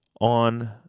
on